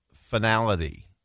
finality